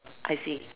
I see